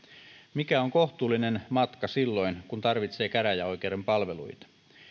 mikä on kohtuullinen matka silloin kun tarvitsee käräjäoikeuden palveluita